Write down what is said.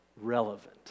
relevant